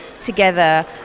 together